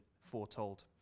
foretold